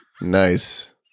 nice